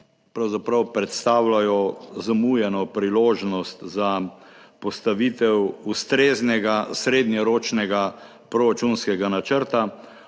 pravzaprav predstavljajo zamujeno priložnost za postavitev ustreznega srednjeročnega proračunskega načrta